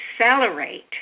accelerate